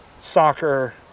soccer